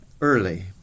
early